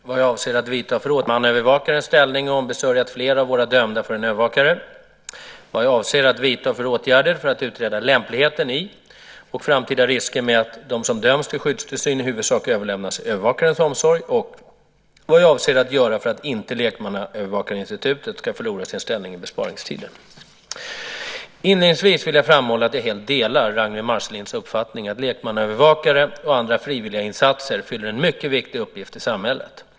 Herr talman! Ragnwi Marcelind har frågat mig vad jag avser att vidta för åtgärder för att stärka lekmannaövervakarens ställning och ombesörja att fler av våra dömda får en övervakare, vad jag avser att vidta för åtgärder för att utreda lämpligheten i och framtida risker med att de som döms till skyddstillsyn i huvudsak överlämnas i övervakarens omsorg och vad jag avser att göra för att inte lekmannaövervakarinstitutet ska förlora sin ställning i besparingstider. Inledningsvis vill jag framhålla att jag helt delar Ragnwi Marcelinds uppfattning att lekmannaövervakare och andra frivilliginsatser har en mycket viktig uppgift i samhället.